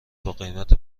باقیمت